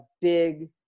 big